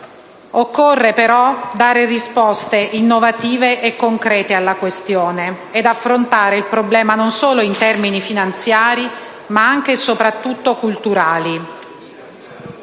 Occorre, però, dare risposte innovative e concrete alla questione, ed affrontare il problema non solo in termini finanziari ma anche e soprattutto culturali.